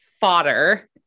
fodder